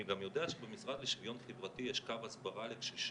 אני גם יודע שבמשרד לשוויון חברתי יש קו הסברה לקשישים,